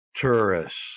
tourists